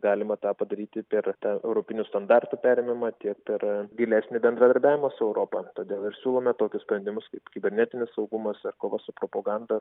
galima tą padaryti per tą europinių standartų perėmimą tiek per gilesnį bendradarbiavimą su europa todėl ir siūlome tokius sprendimus kaip kibernetinis saugumas ir kova su propaganda